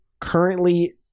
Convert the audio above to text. currently